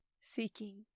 seeking